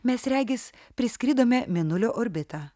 mes regis priskridome mėnulio orbitą